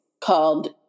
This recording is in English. called